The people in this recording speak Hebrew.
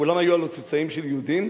כולם היו הלוא צאצאים של יהודים.